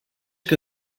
que